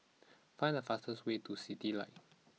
find the fastest way to Citylights